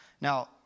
Now